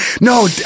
No